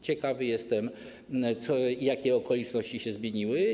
Ciekawy jestem, jakie okoliczności się zmieniły.